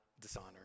dishonor